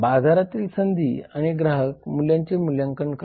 बाजारातील संधी आणि ग्राहक मूल्याचे मूल्यांकन करा